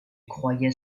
croyait